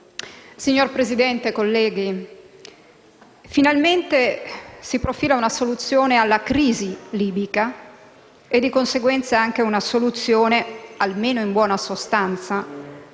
Signor Presidente, colleghi, finalmente si profila una soluzione alla crisi libica e di conseguenza una soluzione - almeno in buona sostanza